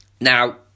Now